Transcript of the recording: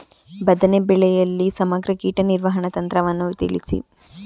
ಬದನೆ ಬೆಳೆಯಲ್ಲಿ ಸಮಗ್ರ ಕೀಟ ನಿರ್ವಹಣಾ ತಂತ್ರವನ್ನು ತಿಳಿಸಿ?